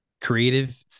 creative